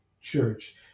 church